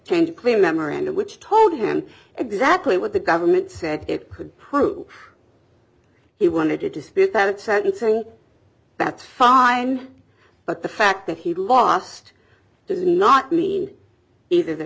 change clear memorandum which told him exactly what the government said it could prove he wanted to dispute that sentencing that's fine but the fact that he lost does not mean either that